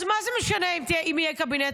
אז מה זה משנה אם יהיה קבינט?